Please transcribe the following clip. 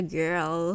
girl